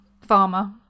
Farmer